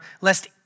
lest